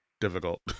difficult